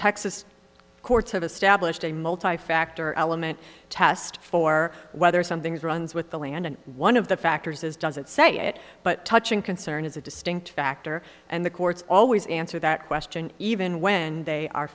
texas courts have established a multi factor element test for whether something is runs with the land and one of the factors is does it say it but touching concern is a distinct factor and the courts always answer that question even when they are